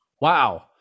Wow